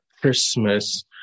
Christmas